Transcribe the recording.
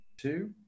Two